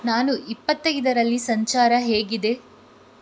ನಾನು ಇಪ್ಪತ್ತೈದರಲ್ಲಿ ಸಂಚಾರ ಹೇಗಿದೆ